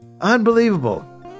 unbelievable